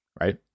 right